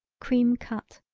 cream cut.